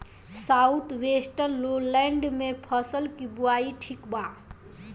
South western lowland में फसलों की बुवाई ठीक बा?